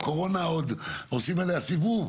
על הקורונה עושים סיבוב,